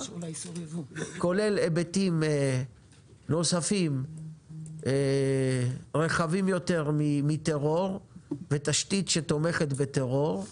כולל היבטים נוספים רחבים יותר מטרור ותשתית שתומכת בטרור.